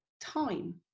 time